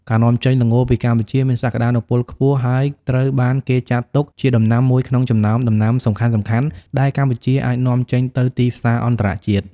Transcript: ការនាំចេញល្ងពីកម្ពុជាមានសក្ដានុពលខ្ពស់ ហើយត្រូវបានគេចាត់ទុកជាដំណាំមួយក្នុងចំណោមដំណាំសំខាន់ៗដែលកម្ពុជាអាចនាំចេញទៅទីផ្សារអន្តរជាតិ។